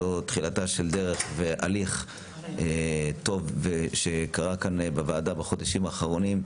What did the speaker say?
זו תחילתה של דרך והליך טוב שקרה כאן בוועדה בחודשים האחרונים,